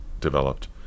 developed